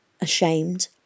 ashamed